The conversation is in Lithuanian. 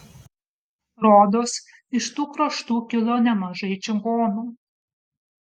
rodos iš tų kraštų kilo nemažai čigonų